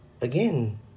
Again